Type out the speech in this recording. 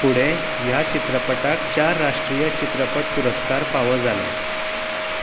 फुडें ह्या चित्रपटाक चार राष्ट्रीय चित्रपट पुरस्कार फावो जाले